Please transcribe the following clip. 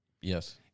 Yes